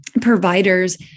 providers